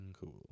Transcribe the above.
cool